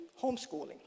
homeschooling